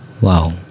Wow